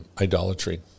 idolatry